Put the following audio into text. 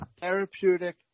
therapeutic